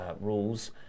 rules